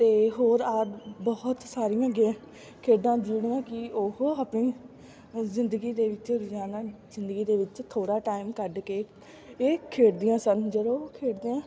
ਅਤੇ ਹੋਰ ਆਦਿ ਬਹੁਤ ਸਾਰੀਆਂ ਗੇ ਖੇਡਾਂ ਜਿਹੜੀਆਂ ਕਿ ਉਹ ਆਪਣੀ ਜ਼ਿੰਦਗੀ ਦੇ ਵਿੱਚ ਰੋਜ਼ਾਨਾ ਜ਼ਿੰਦਗੀ ਦੇ ਵਿੱਚ ਥੋੜ੍ਹਾ ਟਾਈਮ ਕੱਢ ਕੇ ਇਹ ਖੇਡਦੀਆਂ ਸਨ ਜਦੋਂ ਉਹ ਖੇਡਦੀਆਂ